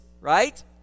right